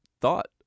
thought